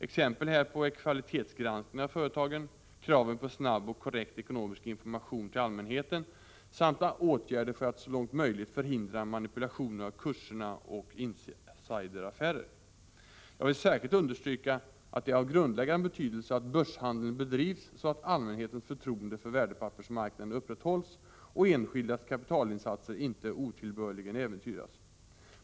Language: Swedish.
Exempel härpå är kvalitetsgranskningen av företagen, kraven på snabb och korrekt ekonomisk information till allmänheten samt åtgärder för att så långt möjligt förhindra manipulationer av kurserna och insideraffärer. Jag vill särskilt understryka att det är av grundläggande betydelse att börshandeln bedrivs så att allmänhetens förtroende för värdepappersmarknaden upprätthålls och enskildas kapitalinsatser inte otillbörligen äventyras.